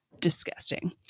disgusting